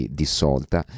dissolta